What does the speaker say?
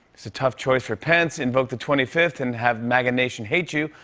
it's a tough choice for pence invoke the twenty fifth and have maga nation hate you,